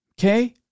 okay